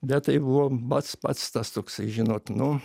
bet tai buvo pats pats tas toksai žinot nu